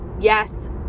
yes